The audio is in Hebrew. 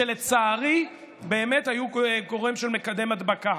שלצערי באמת היו גורם של מקדם הדבקה,